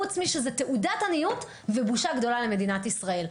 חוץ משזו תעודת עניות ובושה גדולה למדינת ישראל.